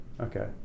okay